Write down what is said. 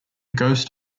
ghost